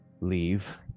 leave